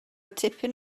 tipyn